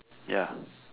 ya